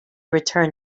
return